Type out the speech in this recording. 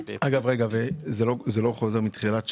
זה לא חוזר מתחילת שנה?